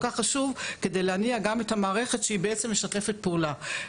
כך חשוב כדי להניע גם את המערכת שהיא בעצם משתפת פעולה.